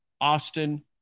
Austin